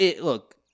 Look